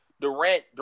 Durant